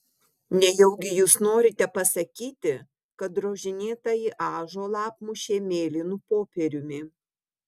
nejaugi jūs norite pasakyti kad drožinėtąjį ąžuolą apmušė mėlynu popieriumi